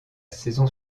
saison